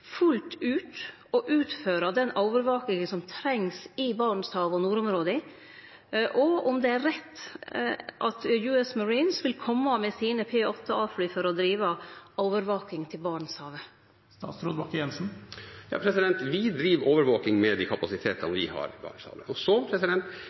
fullt ut å utføre den overvakinga som trengs i Barentshavet og nordområda, og om det er rett at U.S. Marines vil kome med sine P-8A-fly for å drive overvaking i Barentshavet. Vi driver overvåkning med de